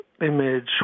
image